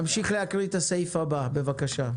נמשיך לקרוא את הסעיף הבא, בבקשה.